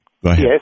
yes